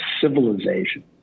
civilization